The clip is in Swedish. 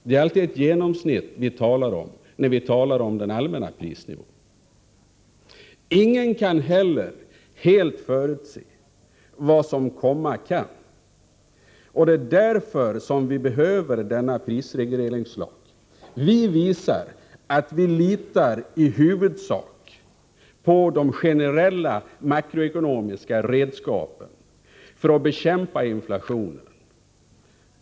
Det är alltid ett genomsnitt vi talar om när vi talar om den allmänna prisnivån. Ingen kan heller helt förutse vad som komma kan. Det är därför som vi behöver denna prisregleringslag. Vi visar att vi i huvudsak litar på de generella makroekonomiska redskapen för att bekämpa inflationen.